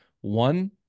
one